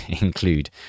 include